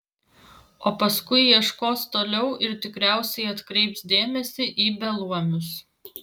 o paskui ieškos toliau ir tikriausiai atkreips dėmesį į beluomius